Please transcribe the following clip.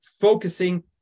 focusing